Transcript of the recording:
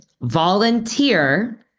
volunteer